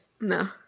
No